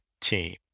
team